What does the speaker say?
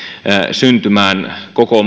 syntymään koko